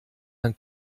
man